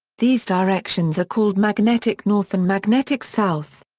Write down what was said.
these directions are called magnetic north and magnetic south.